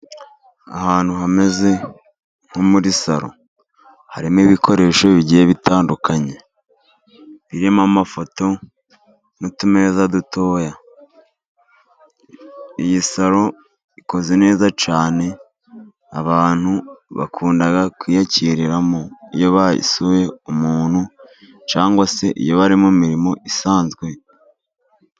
Ahantu hameze nko muri saro, harimo ibikoresho bigiye bitandukanye birimo amafoto n'utumeza dutoya, iyi saro ikoze neza cyane abantu bakunda kwiyakiriramo, iyo basuwe n'umuntu cyangwa se iyo bari mu mirimo isanzwe.